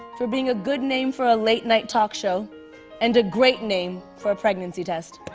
for being a good name for a late-night talk show and a great name for a pregnancy test.